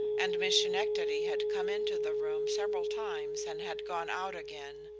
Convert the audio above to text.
and miss schenectady had come into the room several times and had gone out again,